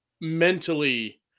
mentally